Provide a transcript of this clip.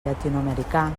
llatinoamericà